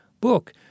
book